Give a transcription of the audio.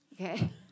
Okay